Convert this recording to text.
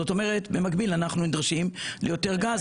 זאת אומרת שבמקביל אנחנו נדרשים ליותר גז,